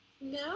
No